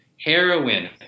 heroin